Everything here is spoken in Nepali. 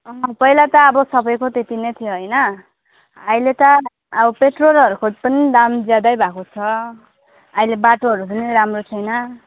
पहिला त अब सबैको त्यत्ति नै थियो होइन अहिले त अब पेट्रोलहरूको पनि दाम ज्यादै भएको छ अहिले बाटोहरू पनि राम्रो छैन